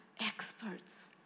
experts